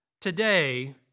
today